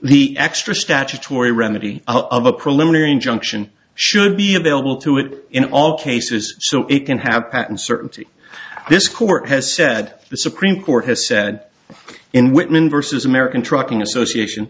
the extra statutory remedy of a preliminary injunction should be available to it in all cases so it can have patent certainty this court has said the supreme court has said in whitman versus american trucking association